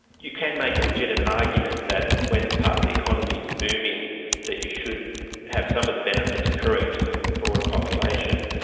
you can make a legitimate argument that when a part of the economy is booming that you should have some of the benefits occurring to the broader population,